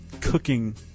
cooking